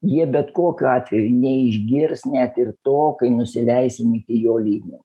jie bet kokiu atveju neišgirs net ir to kai nusileisim iki jo lygmenio